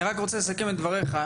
אני רק רוצה לסכם את דבריך.